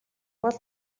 бол